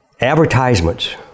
advertisements